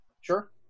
Sure